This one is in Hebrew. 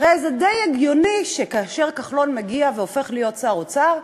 הרי זה די הגיוני שכאשר כחלון מגיע והופך להיות שר האוצר,